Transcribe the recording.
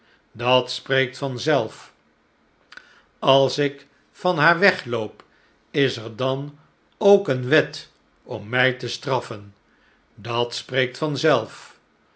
dat spreekt van zelf als ik van haar wegloop is er dan ook eene wet om mij te straffen dat spreekt